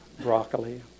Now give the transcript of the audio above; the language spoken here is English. broccoli